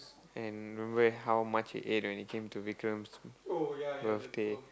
and remember how much he ate when he came to Vikram's birthday